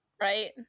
Right